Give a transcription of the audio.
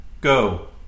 Go